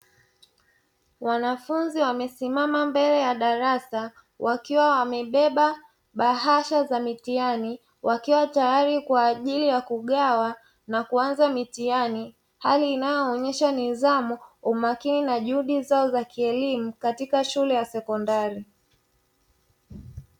Wanafunzi wamesimama mbele ya darasa wakiwa wamebeba bahasha za mitihani wakiwa tayari kwa ajili kwa kugawa na kuanza kufanya mtihani, hali inayoonyesha nidhamu, umakini na juhudi zao za kielimu katika shule ya sekondari.